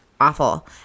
awful